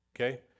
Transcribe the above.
okay